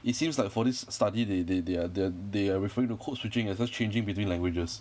it seems like for this study they they they are they are they are referring to code switching as just changing between languages